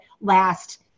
last